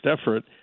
effort